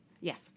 Yes